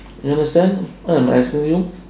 you understand what I am asking you